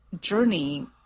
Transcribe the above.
journey